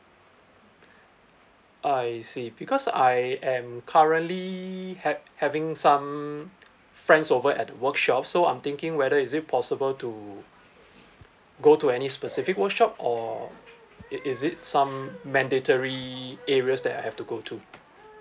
I see because I am currently ha~ having some friends over at the workshop so I'm thinking whether is it possible to go to any specific workshop or it it is it some mandatory areas that I have to go to